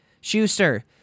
Schuster